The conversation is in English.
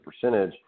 percentage